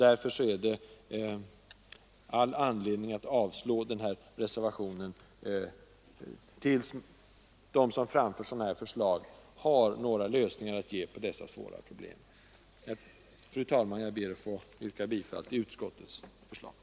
Därför finns det all anledning att avslå reservationen till dess de som framför förslag om en ny lag har några lösningar att ge på dessa svåra problem. Fru talman! Jag ber att få yrka bifall till utskottets hemställan.